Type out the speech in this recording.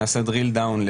תכף נעשה drill down,